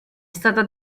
stata